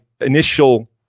initial